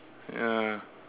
ya